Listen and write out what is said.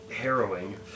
harrowing